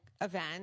event